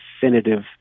definitive